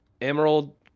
emerald